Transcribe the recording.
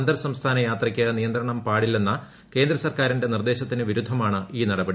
അന്തർസംസ്ഥാന യാത്രയ്ക്ക് നിയന്ത്രണം പാടില്ലെന്ന കേന്ദ്ര സർക്കാരിന്റെ നിർദ്ദേശത്തിന് വിരുദ്ധമാണ് ഈ നടപടി